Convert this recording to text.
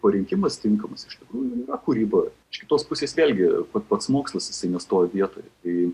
parinkimas tinkamas iš tikrųjų ir yra kūryba iš kitos pusės vėlgi pats mokslas nestovi vietoje kai